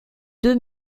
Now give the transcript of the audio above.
deux